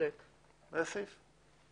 איזה סעיף זה?